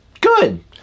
Good